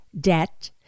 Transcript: debt